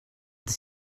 that